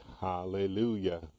Hallelujah